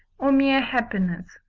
or mere happiness.